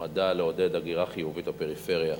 נועדה לעודד הגירה חיובית לפריפריה.